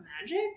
magic